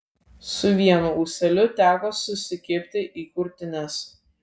su vienu ūseliui teko susikibti į krūtines